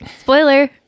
Spoiler